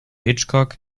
hitchcock